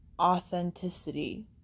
authenticity